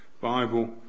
Bible